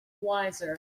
wiser